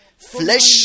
Flesh